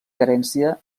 carència